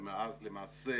ומאז למעשה